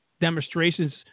demonstrations